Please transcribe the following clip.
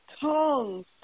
tongue